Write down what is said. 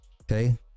okay